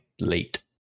late